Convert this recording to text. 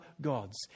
gods